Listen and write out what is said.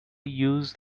used